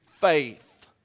faith